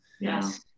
yes